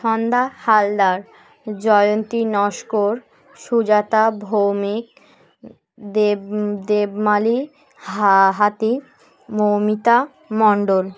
Chhanda Haldar Jayanti Naskar Sujata Bhowmik Deb Debmali Hati Moumita Mondal